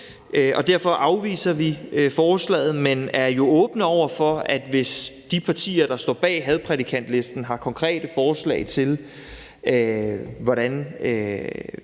Derfor afviser vi forslaget, men er jo åbne over for, at hvis de partier, der står bag hadprædikantlisten, har konkrete forslag til, hvordan